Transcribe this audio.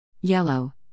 yellow